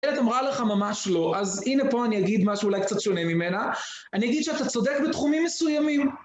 אילת אמרה לך ממש לא, אז הנה פה אני אגיד משהו אולי קצת שונה ממנה. אני אגיד שאתה צודק בתחומים מסוימים.